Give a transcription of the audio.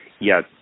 Yes